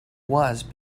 was